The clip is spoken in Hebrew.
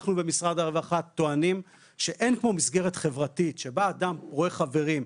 אנחנו במשרד הרווחה טוענים שאין כמו מסגרת חברתית שבה אדם רואה חברים,